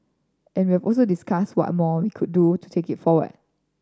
and we also discussed what more we could do to take it forward